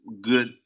good